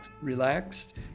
relaxed